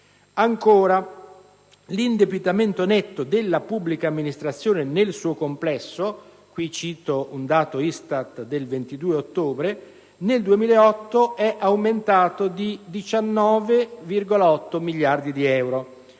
Ancora, l'indebitamento netto della pubblica amministrazione nel suo complesso - e qui cito un dato ISTAT del 22 ottobre - nel 2008 è aumentato di 19,8 miliardi di euro.